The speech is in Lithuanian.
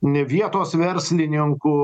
ne vietos verslininkų